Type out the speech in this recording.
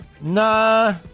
Nah